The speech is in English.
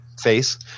face